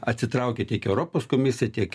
atsitraukė tiek europos komisija tiek